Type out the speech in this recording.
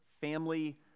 family